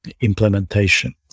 implementation